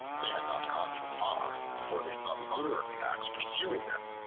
they had not gone far before they saw the owner of the axe pursuing them,